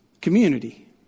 community